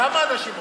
כמה אנשים עובדים?